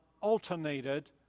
alternated